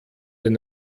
den